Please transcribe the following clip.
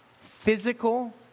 physical